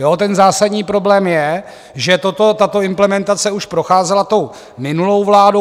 Ten zásadní problém je, že tato implementace už procházela tou minulou vládnou.